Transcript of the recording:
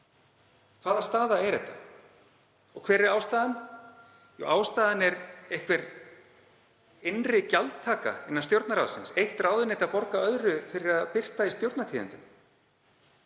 Hvaða staða er þetta? Hver er ástæðan? Ástæðan er einhver innri gjaldtaka innan Stjórnarráðsins, eitt ráðuneyti að borga öðru fyrir að birta í Stjórnartíðindum.